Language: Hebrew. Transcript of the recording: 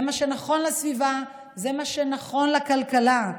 זה מה שנכון לסביבה, זה מה שנכון לכלכלה,